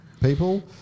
people